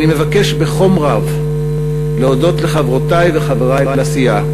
אני מבקש בחום רב להודות לחברותי וחברי לסיעה,